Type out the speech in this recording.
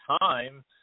time